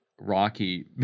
Rocky